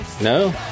No